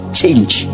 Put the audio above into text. change